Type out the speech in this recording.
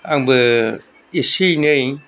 आंबो एसे एनै